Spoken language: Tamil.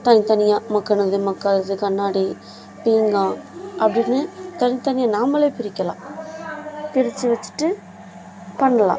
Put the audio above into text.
தனித்தனியாக மக்குவது மக்காதது கண்ணாடி பீங்கான் அப்படின்னு தனித்தனி நாமளே பிரிக்கலாம் பிரித்து வச்சுட்டு பண்ணலாம்